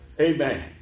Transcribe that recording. Amen